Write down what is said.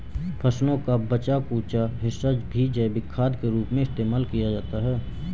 फसलों का बचा कूचा हिस्सा भी जैविक खाद के रूप में इस्तेमाल किया जाता है